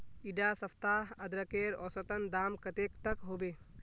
इडा सप्ताह अदरकेर औसतन दाम कतेक तक होबे?